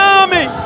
army